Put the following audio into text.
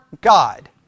God